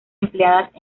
empleadas